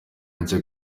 nshya